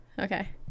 Okay